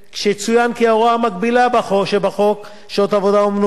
כשיצוין כי ההוראה המקבילה שבחוק שעות עבודה ומנוחה,